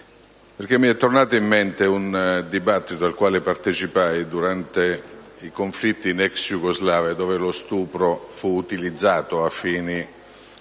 Mi è tornato in mente un dibattito al quale partecipai durante il conflitto nella ex Jugoslavia, in cui lo stupro fu utilizzato ai fini